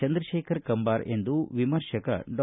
ಚಂದ್ರಶೇಖರ ಕಂಬಾರ ಎಂದು ವಿಮರ್ಶಕ ಡಾ